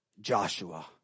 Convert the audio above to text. Joshua